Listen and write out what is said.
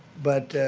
but,